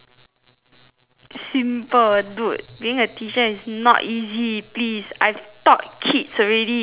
simple dude being a teacher is not easy please I've taught kids already dude ya